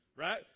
Right